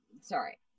Sorry